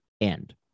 end